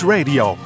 Radio